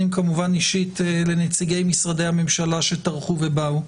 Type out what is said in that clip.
אישית לנציגי משרדי הממשלה שטרחו ובאו: